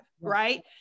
right